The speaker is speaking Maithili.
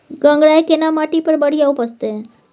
गंगराय केना माटी पर बढ़िया उपजते?